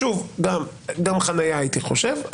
שוב, גם חנייה הייתי חושב.